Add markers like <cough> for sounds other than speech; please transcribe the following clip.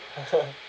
<laughs>